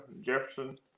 Jefferson